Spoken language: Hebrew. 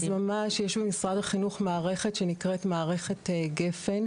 יש למשרד החינוך מערכת שנקראת "מערכת גפן"